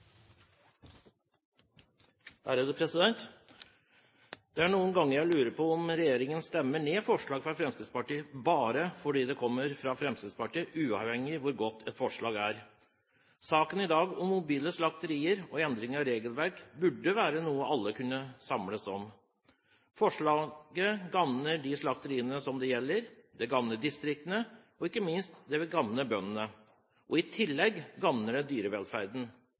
3 minutter. Det er noen ganger jeg lurer på om regjeringen stemmer ned forslag fra Fremskrittspartiet bare fordi det kommer fra Fremskrittspartiet, uavhengig av hvor godt et forslag er. Saken i dag, om endring av regelverk for mobile slakterier, burde være noe alle kunne samles om. Forslaget gagner de slakteriene det gjelder, det gagner distriktene, og, ikke minst, det vil gagne bøndene. I tillegg gagner det dyrevelferden.